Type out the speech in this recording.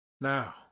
now